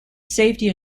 safety